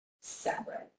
separate